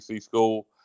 school